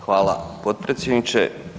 Hvala potpredsjedniče.